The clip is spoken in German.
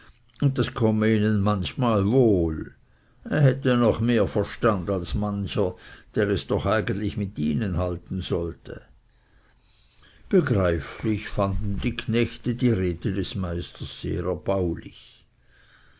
und das komme ihnen noch manchmal wohl er hätte noch mehr verstand als mancher der es doch eigentlich mit ihnen halten sollte begreiflich fanden die knechte die rede des meisters sehr erbaulich